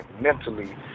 mentally